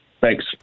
Thanks